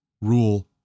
rule